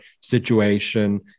situation